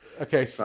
Okay